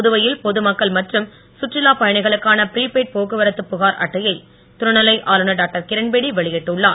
புதுவையில் பொது மக்கள் மற்றும் சுற்றுலா பயணிகளுக்கான பிரிபெய்டு போக்குவரத்து புகார் அட்டையை துணை நிலை ஆளுநர் டாக்டர் கிரண்பேடி வெளியிட்டுள்ளார்